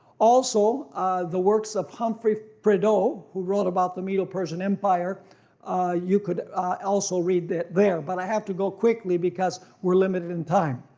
also the works of humphrey prideaux who wrote about the medo-persian empire you could also read there, but i have to go quickly because we're limited in time.